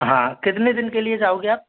हाँ कितने दिन के लिए जाओगे आप